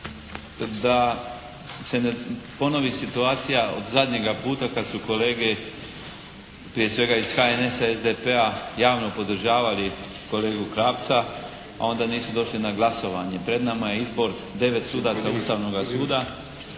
da se ne ponovi situacija od zadnjega puta kada su kolege prije svega iz HNS-a i SDP-a javno podržavali kolegu Krapca, a onda nisu došli na glasovanje. Pred nama je izbor 9 sudaca Ustavnoga suda.